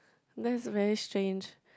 that's very strange